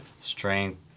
Strength